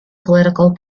political